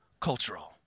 cultural